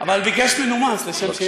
אבל ביקש מנומס לשם שינוי.